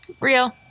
Real